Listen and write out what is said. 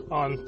on